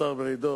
השר מרידור,